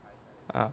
ah